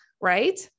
right